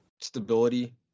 Stability